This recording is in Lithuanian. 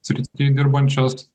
srityje dirbančias